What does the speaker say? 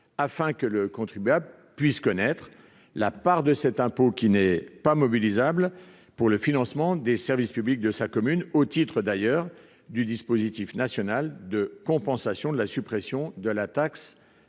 afin que le contribuable puisse connaître la part de cet impôt qui n'est pas mobilisable pour le financement des services publics de sa commune, au titre du dispositif national de compensation de la suppression de la taxe